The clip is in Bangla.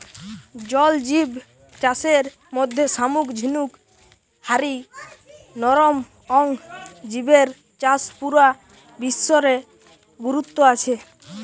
জল জিব চাষের মধ্যে শামুক ঝিনুক হারি নরম অং জিবের চাষ পুরা বিশ্ব রে গুরুত্ব আছে